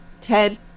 Ted